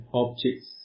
objects